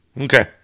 Okay